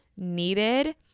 needed